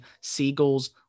Seagulls